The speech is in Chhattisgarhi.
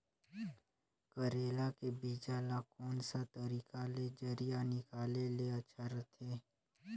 करेला के बीजा ला कोन सा तरीका ले जरिया निकाले ले अच्छा रथे?